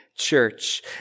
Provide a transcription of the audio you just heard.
church